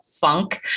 funk